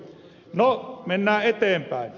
no mennään eteenpäin